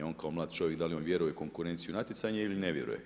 On kao mlad čovjek, da li on vjeruje u konkurenciju natjecanja ili ne vjeruje.